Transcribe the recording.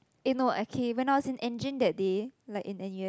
eh no okay when I was in engine that day like in N_U_S